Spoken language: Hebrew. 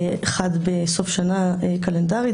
אחד בסוף השנה הקלנדרית,